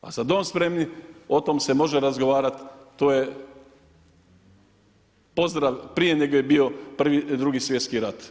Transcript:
A „Za dom spremni“ o tom se može razgovarati, to je pozdrav prije nego je bio prvi, drugi svjetski rat.